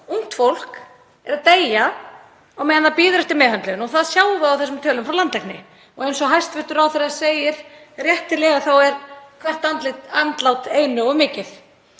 ungt fólk, er að deyja á meðan það bíður eftir meðhöndlun og það sjáum við á þessum tölum frá landlækni. Eins og hæstv. ráðherra segir réttilega er hvert andlát einu of mikið.